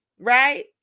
right